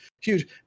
huge